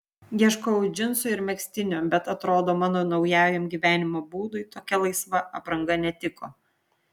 ieškojau džinsų ir megztinio bet atrodo mano naujajam gyvenimo būdui tokia laisva apranga netiko